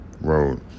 Road